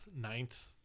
ninth